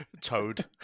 Toad